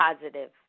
positive